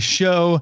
show